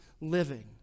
living